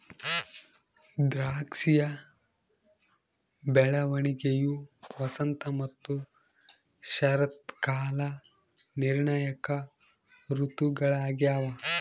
ದ್ರಾಕ್ಷಿಯ ಬೆಳವಣಿಗೆಯು ವಸಂತ ಮತ್ತು ಶರತ್ಕಾಲ ನಿರ್ಣಾಯಕ ಋತುಗಳಾಗ್ಯವ